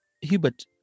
Hubert